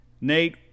Nate